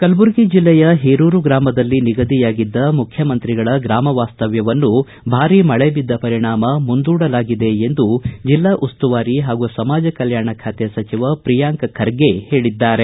ಕಲ್ಲುರ್ಗಿ ಜೆಲ್ಲೆಯ ಹೇರೂರು ಗ್ರಾಮದಲ್ಲಿ ನಿಗದಿಯಾಗಿದ್ದ ಮುಖ್ಯಮಂತ್ರಿಗಳ ಗ್ರಾಮ ವಾಸ್ತವ್ವವನ್ನು ಭಾರೀ ಮಳೆ ಬಿದ್ದ ಪರಿಣಾಮ ಮುಂದೂಡಲಾಗಿದೆ ಎಂದು ಜಿಲ್ಲಾ ಉಸ್ತುವಾರಿ ಹಾಗೂ ಸಮಾಜ ಕಲ್ಕಾಣ ಇಲಾಖೆ ಸಚಿವ ಪ್ರಿಯಾಂಕ್ ಖರ್ಗೆ ಹೇಳಿದ್ದಾರೆ